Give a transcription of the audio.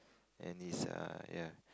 and is a ya